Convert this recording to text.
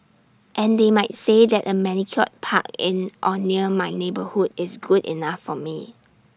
and they might say that A manicured park in or near my neighbourhood is good enough for me